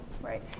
Right